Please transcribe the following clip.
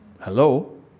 Hello